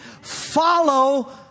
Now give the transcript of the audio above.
Follow